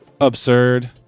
absurd